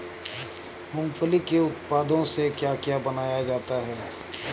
मूंगफली के उत्पादों से क्या क्या बनाया जाता है?